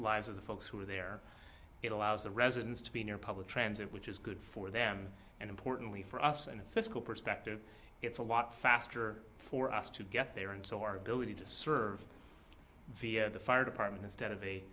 lives of the folks who are there it allows the residents to be near public transit which is good for them and importantly for us in a physical perspective it's a lot faster for us to get there and so our ability to serve via the fire department instead of a